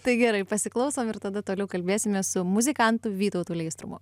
tai gerai pasiklausom ir tada toliau kalbėsimės su muzikantu vytautu leistrumu